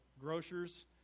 grocers